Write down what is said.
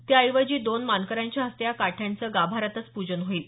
त्याऐवजी दोन मानकऱ्यांच्या हस्ते या काठ्यांचे गाभाऱ्यातच पूजन होईल